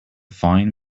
fine